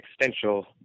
existential